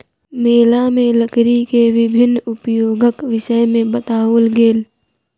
मेला में लकड़ी के विभिन्न उपयोगक विषय में बताओल गेल